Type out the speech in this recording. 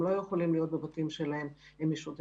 מכיוון שהם לא היו יכולים להיות בבתים שלהם הם שוטטו,